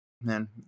man